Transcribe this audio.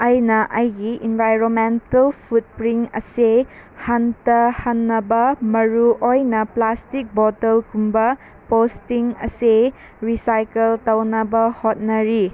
ꯑꯩꯅ ꯑꯩꯒꯤ environmental footprint ꯑꯁꯤ ꯍꯟꯊꯍꯟꯅꯕ ꯃꯔꯨ ꯑꯣꯏꯅ ꯄ꯭ꯂꯥꯁꯇꯤꯛ ꯕꯣꯇꯜꯒꯨꯝꯕ ꯄꯣꯁꯇꯤꯡ ꯑꯁꯤ ꯔꯤꯁꯥꯏꯀꯜ ꯇꯧꯅꯕ ꯍꯣꯠꯅꯔꯤ